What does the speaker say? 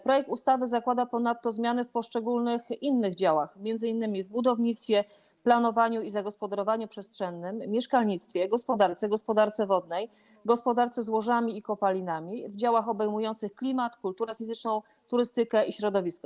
Projekt ustawy zakłada ponadto zmiany w poszczególnych innych działach, m.in. w budownictwie, planowaniu i zagospodarowaniu przestrzennym, mieszkalnictwie, gospodarce, gospodarce wodnej, gospodarce złożami i kopalinami, w działach obejmujących klimat, kulturę fizyczną, turystykę i środowisko.